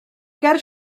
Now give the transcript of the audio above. ger